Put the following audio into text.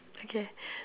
okay